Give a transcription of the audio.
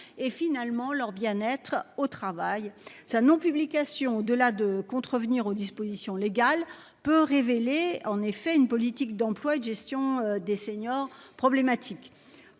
et finalement leur bien-être au travail. Sa non-publication de la, de contrevenir aux dispositions légales peut révéler en effet une politique d'emploi et de gestion des seniors problématique